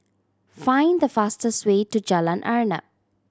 find the fastest way to Jalan Arnap